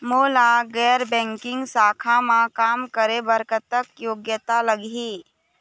मोला गैर बैंकिंग शाखा मा काम करे बर कतक योग्यता लगही?